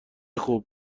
خوب